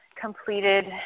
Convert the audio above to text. completed